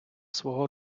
свого